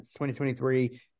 2023